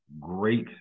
great